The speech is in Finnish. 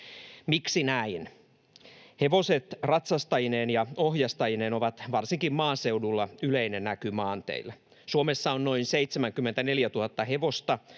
Miksi näin? Hevoset ratsastajineen ja ohjastajineen ovat varsinkin maaseudulla yleinen näky maanteillä. Suomessa on noin 74 000 hevosta